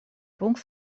пункт